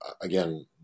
again